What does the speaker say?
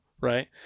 right